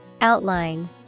Outline